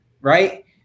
right